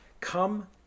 Come